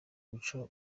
guca